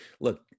look